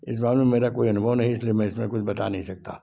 इस बारे में मेरा कोई अनुभव नहीं इसलिए मैं इसमें कुछ बता नहीं सकता